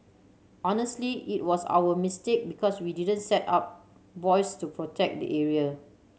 honestly it was our mistake because we didn't set up buoys to protect the area